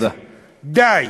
די.